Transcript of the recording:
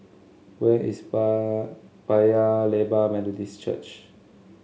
where is Paya Lebar Methodist Church